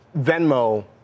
Venmo